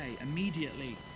immediately